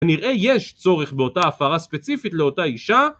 כנראה יש צורך באותה הפרה ספציפית לאותה אישה